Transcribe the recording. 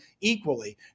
equally